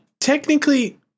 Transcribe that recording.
technically